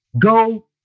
Go